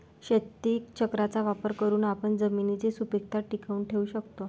शेतीचक्राचा वापर करून आपण जमिनीची सुपीकता टिकवून ठेवू शकतो